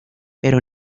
pero